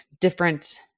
different